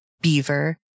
beaver